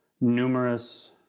numerous